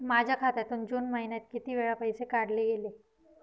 माझ्या खात्यातून जून महिन्यात किती वेळा पैसे काढले गेले?